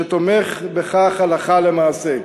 שתומך בכך הלכה למעשה.